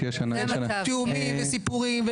תיאומים וסיפורים.